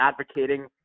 advocating